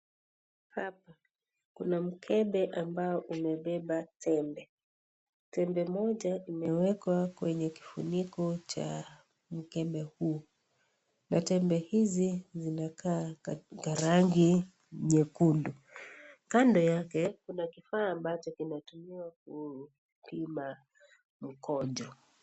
Hapa kuna mkebe ambao umebeba tembe. Tembe moja imewekwa kwenye kifuniko cha mkebe huo na tembe hizi zimekaa katika rangi nyekundu . Kando yake kuna kifaa ambacho kinatumiWa kupima mkojo.